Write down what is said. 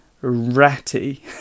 ratty